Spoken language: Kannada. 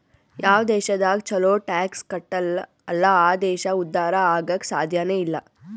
ಯಾವ್ ದೇಶದಾಗ್ ಛಲೋ ಟ್ಯಾಕ್ಸ್ ಕಟ್ಟಲ್ ಅಲ್ಲಾ ಆ ದೇಶ ಉದ್ಧಾರ ಆಗಾಕ್ ಸಾಧ್ಯನೇ ಇಲ್ಲ